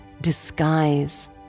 disguise